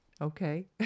Okay